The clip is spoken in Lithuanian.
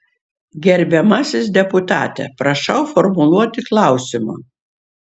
gerbiamasis deputate prašau formuluoti klausimą